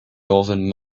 northern